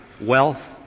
wealth